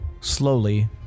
slowly